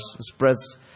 spreads